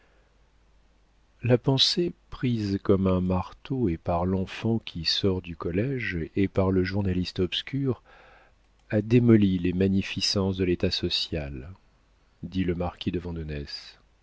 la pensée prise comme un marteau et par l'enfant qui sort du collége et par le journaliste obscur a démoli les magnificences de l'état social dit le marquis de